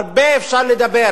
הרבה אפשר לדבר